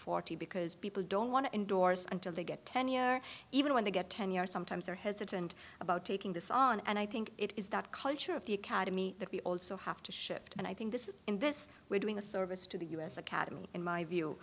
forty because people don't want to endorse until they get tenure even when they get tenure sometimes they're hesitant about taking this on and i think it is that culture of the academy that we also have to shift and i think this is in this we're doing a service to the u s academy in my view